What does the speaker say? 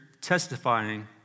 testifying